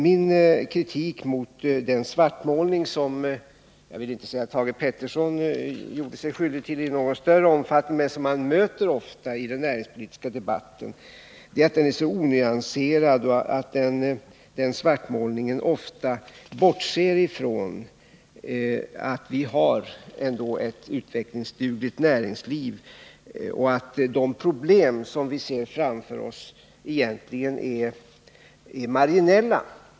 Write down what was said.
Min kritik mot den svartmålning som man ofta möter i den näringspolitiska debatten — jag vill inte säga att Thage Peterson i någon större omfattning gjorde sig skyldig till en sådan svartmålning i sitt anförande — riktar sig mot att den är så onyanserad och ofta bortser ifrån att vi ändå har ett utvecklingsdugligt näringsliv och att de problem som vi ser framför oss egentligen är marginella.